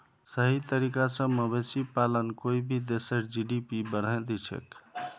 सही तरीका स मवेशी पालन कोई भी देशेर जी.डी.पी बढ़ैं दिछेक